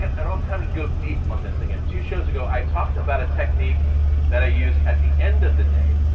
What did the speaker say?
and time to go deep on this again. two shows ago, i talked about a technique that i use at the end of the day,